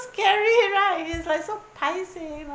scary right is like so paiseh you kn~